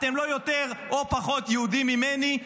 אתם לא יותר או פחות יהודים ממני.